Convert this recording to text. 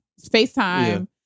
FaceTime